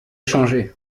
changer